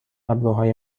ابروهای